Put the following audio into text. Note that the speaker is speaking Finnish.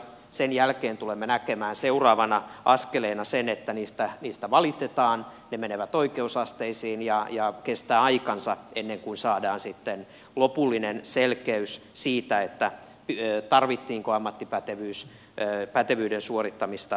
sen jälkeen tulemme näkemään seuraavana askeleena sen että niistä valitetaan ne menevät oikeusasteisiin ja kestää aikansa ennen kuin saadaan sitten lopullinen selkeys siitä tarvittiinko ammattipätevyyden suorittamista vai ei